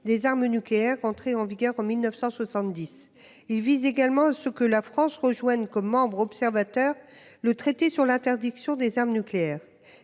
des armes nucléaires (TNP), entré en vigueur en 1970. Il tend également à faire en sorte que la France rejoigne comme membre observateur le traité sur l'interdiction des armes nucléaires